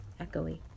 echoey